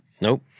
Nope